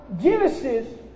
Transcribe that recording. Genesis